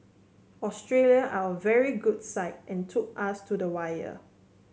Australia are a very good side and took us to the wire